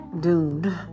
doomed